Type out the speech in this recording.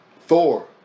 Thor